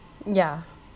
yeah